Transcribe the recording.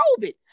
COVID